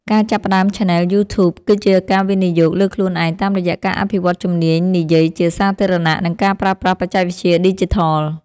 ការចាប់ផ្តើមឆានែលយូធូប គឺជាការវិនិយោគលើខ្លួនឯងតាមរយៈការអភិវឌ្ឍជំនាញនិយាយជាសាធារណៈ និងការប្រើប្រាស់បច្ចេកវិទ្យាឌីជីថល។